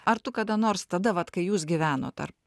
ar tu kada nors tada vat kai jūs gyvenot ar